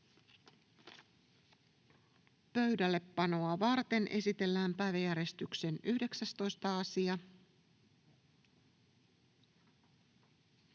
Lähetekeskustelua varten esitellään päiväjärjestyksen 3. asia.